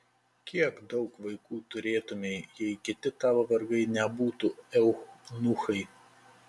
kiek daug vaikų turėtumei jei kiti tavo vergai nebūtų eunuchai